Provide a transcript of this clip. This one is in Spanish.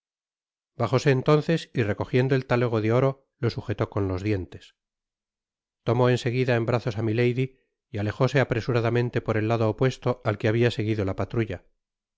bajóse entonces y recogiendo el alego de oro lo sujetó con los dientes tomó en seguida en brazos á milady y alejóse apresuradamente por el lado opuesto a que habia seguido la patrulla